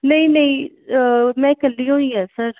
ਨਹੀਂ ਨਹੀਂ ਮੈਂ ਇਕੱਲੀ ਓਈਆਂ ਸਰ